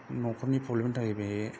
न'खरनि प्रब्लेमनि थाखाय बे